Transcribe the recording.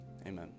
Amen